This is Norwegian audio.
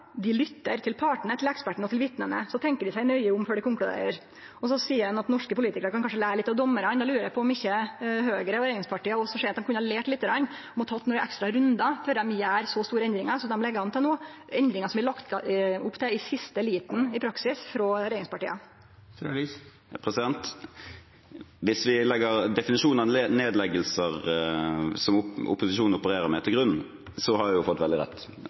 de bruker for å ta disse avgjørelsene er like enkel som den er genial: De lytter. Til partene, til ekspertene og til vitnene. Så tenker de seg nøye om før de konkluderer. Norske politikere kan kanskje lære litt av dommerne?» No lurer eg på om ikkje Høgre og regjeringspartia kunne ha lært lite grann og gått nokre ekstra rundar før dei gjer så store endringar som det ligg an til no, endringar det i praksis er lagt opp til i siste liten frå regjeringspartia. Hvis vi legger definisjonen av nedleggelser som opposisjonen opererer med, til grunn, har jeg fått veldig rett.